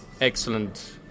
excellent